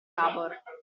tabor